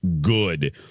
good